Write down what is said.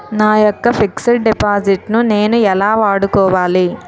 నా యెక్క fixed deposit ను నేను ఎలా వాడుకోవాలి?